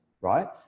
right